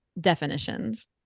definitions